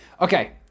Okay